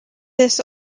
this